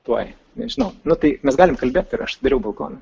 tuoj nežinau nu tai mes galime kalbėti ir aš atidariau balkoną